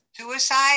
Suicide